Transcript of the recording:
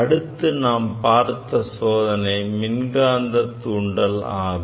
அடுத்து நாம் பார்த்த சோதனை மின்காந்த தூண்டல் ஆகும்